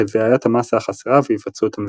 לבעיות המסה החסרה והיווצרות המבנים.